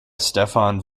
stefan